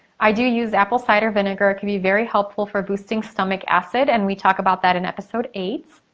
i do use apple cider vinegar. it can be very helpful for boosting stomach acid and we talk about that in episode eight.